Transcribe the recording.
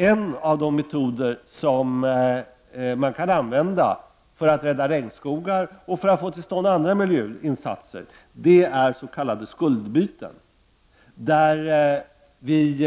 En av de metoder som kan användas för att göra det och för att få till stånd andra miljöinsatser är s.k. skuldbyten. Vi